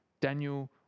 Daniel